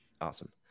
Awesome